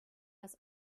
das